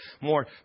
more